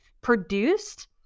produced